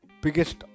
biggest